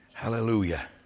Hallelujah